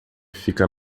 fica